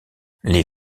les